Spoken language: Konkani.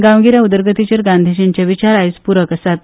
गांवगिऱ्या उदरगतीचेर गांधींचे विचार आयज पूरक आसात